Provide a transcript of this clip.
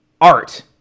art